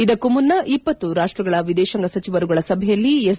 ಇದಕ್ಕೂ ಮುನ್ನ ಇಪ್ಪತ್ತು ರಾಷ್ಷಗಳ ವಿದೇತಾಂಗ ಸಚಿವರುಗಳ ಸಭೆಯಲ್ಲಿ ಎಸ್